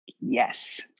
Yes